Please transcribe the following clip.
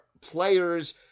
players